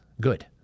good